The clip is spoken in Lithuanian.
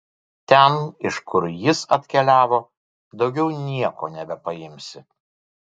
ten iš kur jis atkeliavo daugiau nieko nebepaimsi